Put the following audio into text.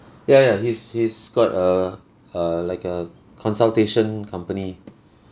ya ya he's he's got a uh like a consultation company